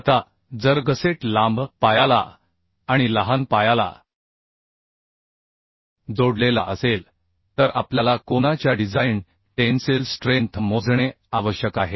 आता जर गसेट लांब पायाला आणि लहान पायाला जोडलेला असेल तर आपल्याला कोना च्या डिझाइन टेन्सिल स्ट्रेंथ मोजणे आवश्यक आहे